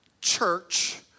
church